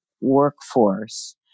workforce